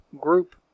group